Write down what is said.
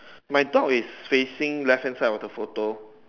my dog is facing left hand side of the photo